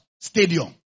Stadium